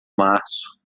março